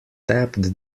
tapped